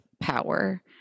power